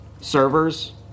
servers